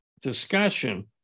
discussion